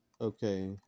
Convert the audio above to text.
Okay